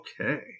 Okay